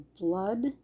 blood